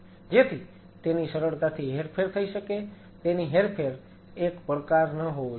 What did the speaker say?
જેથી તેની સરળતાથી હેરફેર થઈ શકે તેની હેરફેર એક પડકાર ન હોવો જોઈએ